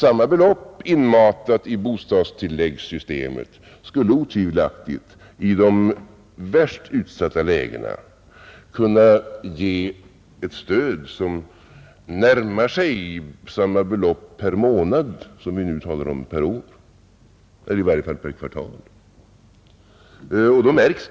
Samma belopp inmatat i bostadstilläggssystemet skulle för de värst utsatta familjerna kunna ge ett stöd som närmar sig samma belopp per månad eller i varje fall per kvartal som vi nyss talade om per år. Då märks det också i familjernas ekonomi.